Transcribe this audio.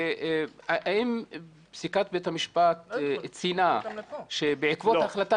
האם פסיקת בית המשפט ציינה שבעקבות ההחלטה